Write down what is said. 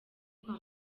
kwa